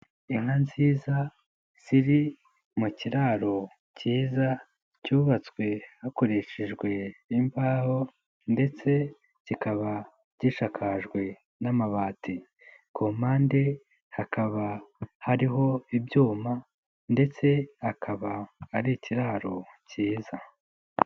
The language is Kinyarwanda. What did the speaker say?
Inka nziza ziri mu kiraro kiza cyubatswe hakoreshejwe imbaho ndetse kikaba gishakajwe n'amabati. Ku mpande hakaba hariho ibyuma ndetse akaba ari ikiraro kiza.